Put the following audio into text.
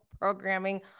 programming